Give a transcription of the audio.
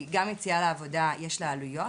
כי גם יציאה לעבודה יש לה עלויות